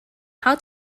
how